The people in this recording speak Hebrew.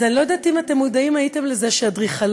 אני לא יודעת אם אתם מודעים לזה שאדריכליות